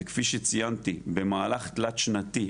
זה כפי שציינתי במהלך תלת שנתי,